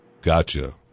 Gotcha